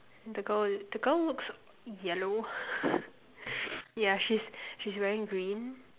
the girl is the girl looks yellow yeah she she's wearing green